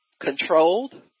controlled